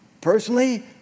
personally